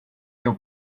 your